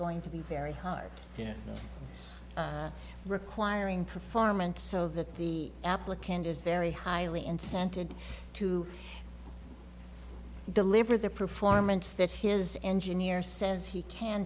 going to be very hard requiring performance so that the applicant is very highly incented to deliver the performance that his engineer says he can